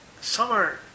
Summer